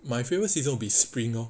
my favourite season would be spring lor